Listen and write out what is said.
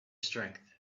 strength